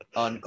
on